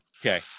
Okay